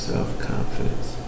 self-confidence